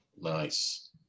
Nice